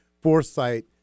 foresight